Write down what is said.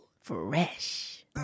Fresh